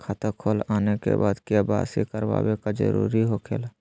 खाता खोल आने के बाद क्या बासी करावे का जरूरी हो खेला?